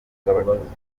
bw’abatutsi